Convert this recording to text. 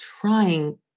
trying